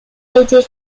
été